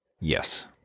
yes